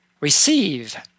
receive